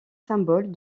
symbole